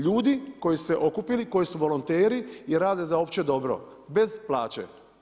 Ljudi koji su se okupili, koji su volonteri i rade za opće dobro bez plaće.